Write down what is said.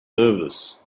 nervous